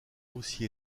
aussi